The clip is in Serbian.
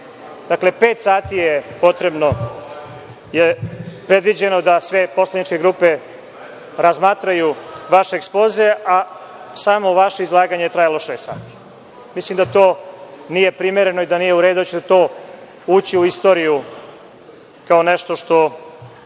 Dakle, pet sati je predviđeno da sve poslaničke grupe razmatraju vaš Ekspoze, a samo vaše izlaganje je trajalo šest sati. Mislim da to nije primereno i da nije u redu. Mislim da će to ući u istoriju kao nešto što